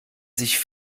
sich